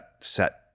set